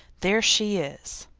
there she is!